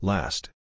Last